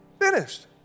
Finished